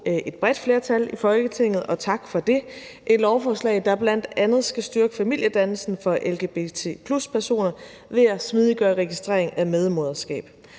et bredt flertal i Folketinget, og tak for det, et lovforslag, der bl.a. skal styrke familiedannelsen for lgbt+-personer ved at smidiggøre registreringen af medmoderskab.